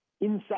inside